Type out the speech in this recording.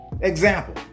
Example